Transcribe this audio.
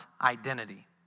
identity